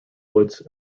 woods